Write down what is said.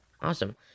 Awesome